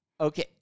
Okay